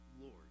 Lord